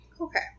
okay